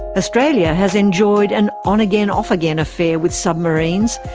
australia has enjoyed an on-again off-again affair with submarines.